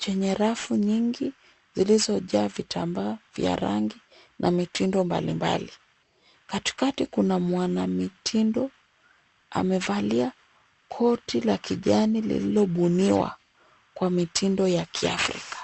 chenye rafu nyingi zilizojaa vitambaa vya rangi na mitindo mbali mbali. Katikati kuna mwanamitindo, amevalia koti la kijani lililobuniwa kwa mitindo ya kiafrika.